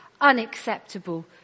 unacceptable